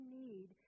need